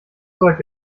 zeug